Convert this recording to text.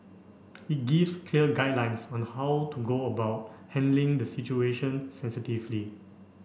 it gives clear guidelines on how to go about handling the situation sensitively